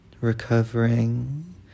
recovering